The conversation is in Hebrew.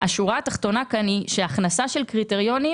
השורה התחתונה כאן היא שהכנסה של קריטריונים